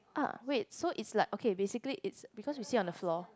ah wait so it's like okay basically it's because you sit on the floor